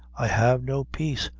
i have no peace,